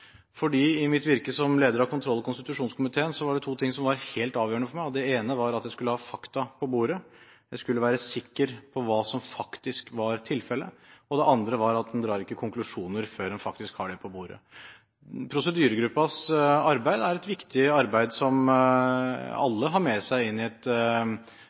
i mitt virke som leder av kontroll- og konstitusjonskomiteen var det to ting som var helt avgjørende for meg. Det ene var at en skulle ha fakta på bordet – en skulle være sikker på hva som faktisk var tilfellet. Det andre var at en ikke drar konklusjoner før en faktisk har det på bordet. Prosedyregruppens arbeid er et viktig arbeid som alle har med seg inn i